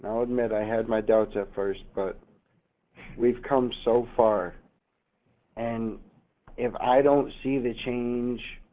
i'll admit i had my doubts at first, but we've come so far and if i don't see the change,